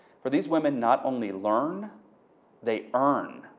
for these woman not only learn they earn.